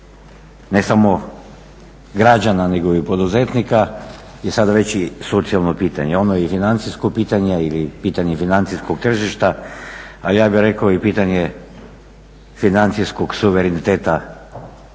ne samo građana nego i poduzetnika, je sada već i socijalno pitanje. Ono je financijsko pitanje ili pitanje financijskog tržišta, a ja bih rekao i pitanje financijskog suvereniteta Republike